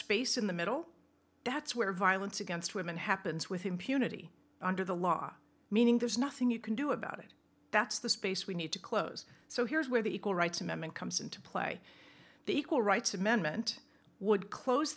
space in the middle that's where violence against women happens with impunity under the law meaning there's nothing you can do about it that's the space we need to close so here's where the equal rights amendment comes into play the equal rights amendment would close